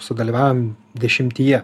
sudalyvaujam dešimtyje